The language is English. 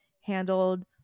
handled